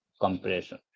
compression